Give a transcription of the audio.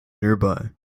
nearby